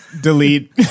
Delete